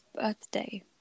birthday